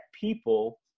people